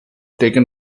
taken